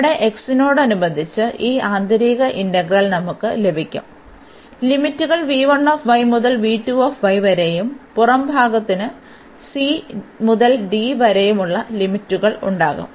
ഇവിടെ x നോടനുബന്ധിച്ച് ഈ ആന്തരിക ഇന്റഗ്രൽ നമുക്ക് ലഭിക്കും പരിധികൾ മുതൽ വരെയും പുറംഭാഗത്തിന് c മുതൽ d വരെയുമുള്ള ലിമിറ്റുകൾ ഉണ്ടാകും